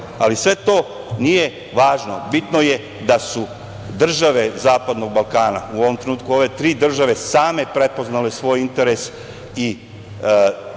ali sve to nije važno, bitno je da su države zapadnog Balkana, u ovom trenutku ove tri države, same prepoznale svoj interes i dobre